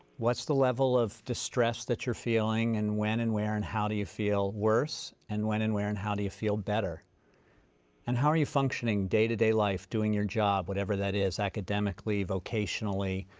what's the level of distress that you're feeling and when and where and how do you feel worse and when and where and how do you feel better and how are you functioning in day-to-day life doing your job whatever that is academically, vocationally,